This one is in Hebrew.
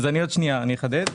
אני עוד שנייה אחדד.